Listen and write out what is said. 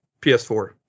ps4